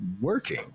working